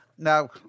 Now